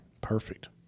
Perfect